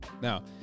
Now